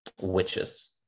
witches